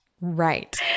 right